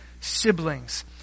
siblings